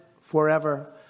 forever